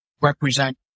represent